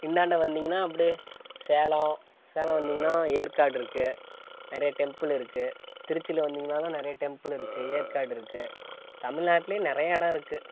இந்தாண்டை வந்தீங்கன்னா அப்டேயே சேலம் சேலம் வந்தீங்கன்னா ஏற்காடிருக்கு நிறையா டெம்புள் இருக்குது திருச்சியில வந்திங்கனாலும் நிறையா டெம்புள் இருக்குது ஏற்காடிருக்கு தமிழ்நாட்டிலே நிறையா இடம் இருக்குது